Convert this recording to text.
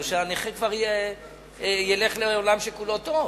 או שהנכה כבר ילך לעולם שכולו טוב.